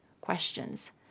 questions